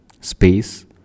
space